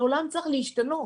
העולם צריך להשתנות.